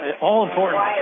all-important